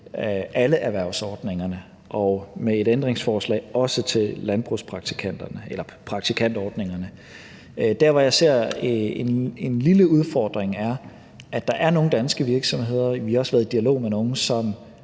alle erhvervsordningerne og med et ændringsforslag også til praktikantordningerne. Det, jeg ser som en lille udfordring, er det, at der er nogle danske virksomheder, og vi har også været i dialog med nogle